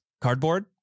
Cardboard